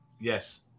Yes